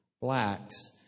blacks